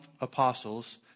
apostles